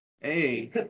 Hey